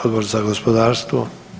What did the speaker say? Odbor za gospodarstvo?